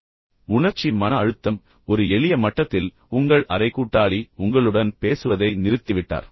இப்போது உணர்ச்சி மன அழுத்தம் ஒரு எளிய மட்டத்தில் உங்கள் அறை கூட்டாளி உங்களுடன் பேசுவதை நிறுத்திவிட்டார்